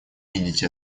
видеть